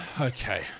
Okay